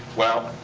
well,